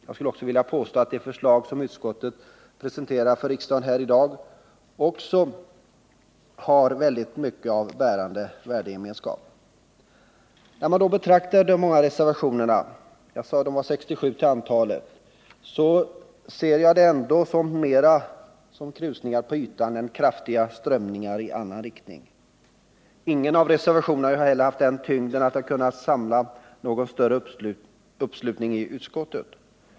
Jag skulle också vilja påstå att de förslag som utskottet presenterar för riksdagen här i dag också har väldigt mycket av bärande värdegemenskap. När jag betraktar de många reservationerna — de är 67 till antalet — så ser jag dem ändå mera som krusningar på ytan än kraftiga strömningar i annan riktning. Ingen av reservationerna har heller haft den tyngden att den kunnat samla någon större uppslutning i utskottet.